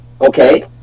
Okay